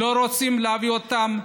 לא רוצים להביא אותם,